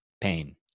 pain